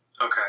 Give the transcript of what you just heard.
Okay